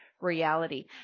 reality